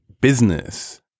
business